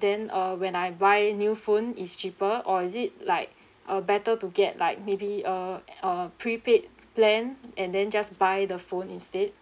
then uh when I buy a new phone is cheaper or is it like uh better to get like maybe uh uh prepaid plan and then just buy the phone instead